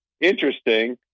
interesting